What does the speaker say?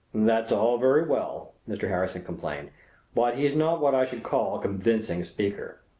that's all very well, mr. harrison complained but he's not what i should call a convincing speaker.